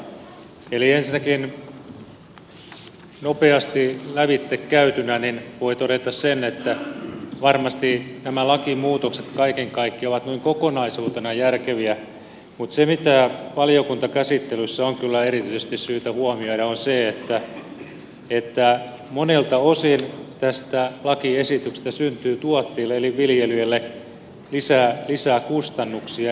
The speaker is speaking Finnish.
ensinnäkin nopeasti lävitse käytynä voi todeta sen että varmasti nämä lakimuutokset kaiken kaikkiaan ovat noin kokonaisuutena järkeviä mutta se mitä valiokuntakäsittelyssä on kyllä erityisesti syytä huomioida on se että monelta osin tästä lakiesityksestä syntyy tuottajille eli viljelijöille lisää kustannuksia